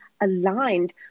aligned